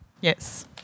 Yes